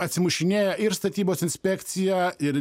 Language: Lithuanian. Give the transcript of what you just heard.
atsimušinėja ir statybos inspekcija ir